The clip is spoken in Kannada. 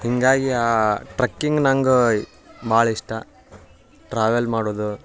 ಹೀಗಾಗಿ ಆ ಟ್ರಕ್ಕಿಂಗ್ ನಂಗೆ ಭಾಳ ಇಷ್ಟ ಟ್ರಾವೆಲ್ ಮಾಡುವುದು